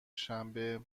شنبه